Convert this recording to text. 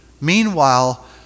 Meanwhile